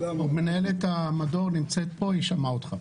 מנהלת המדור נמצאת פה, היא שמעה אותך.